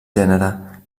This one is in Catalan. gènere